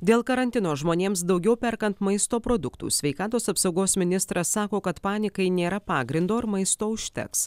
dėl karantino žmonėms daugiau perkant maisto produktų sveikatos apsaugos ministras sako kad panikai nėra pagrindo ir maisto užteks